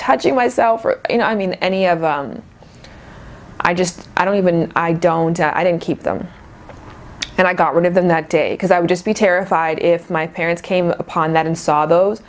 touching myself you know i mean any of i just i don't even i don't i don't keep them and i got rid of them that day because i would just be terrified if my parents came upon that and saw those